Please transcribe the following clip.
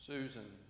Susan